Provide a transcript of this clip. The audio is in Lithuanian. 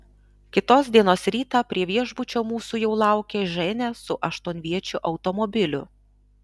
kitos dienos rytą prie viešbučio mūsų jau laukė ženia su aštuonviečiu automobiliu